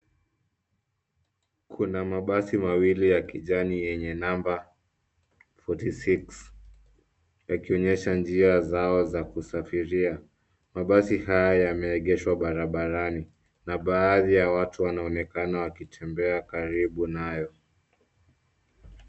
Kuna mabasi mawili ya kijani yenye namba forty six yakionyesha njia zao za kusafiria. Mabasi haya yameegeshwa barabarani, na baadhi ya watu wanaonekana wakitembea karibu nayo.